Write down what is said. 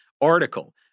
article